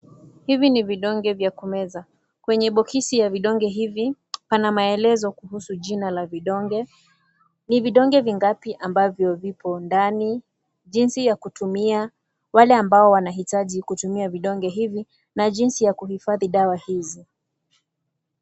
Hivi ni vidonge vya kumeza. Kwenye box ya vidonge hivi, pana maelezo kuhusu jina la vidonge, ni vidonge vingapi ambavyo vipo ndani, jinsi ya kutumia, wale ambao wanahitaji kutumia vidonge hivi, na jinsi ya kuhifadhi dawa hizi.